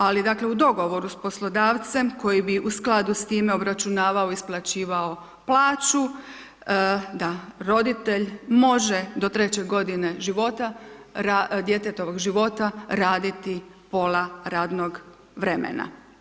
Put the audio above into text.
Ali dakle u dogovoru s poslodavcem koji bi u skladu s time obračunavao, isplaćivao plaću da roditelj može do 3. godine života, djetetovog života raditi pola radno vremena.